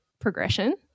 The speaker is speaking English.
progression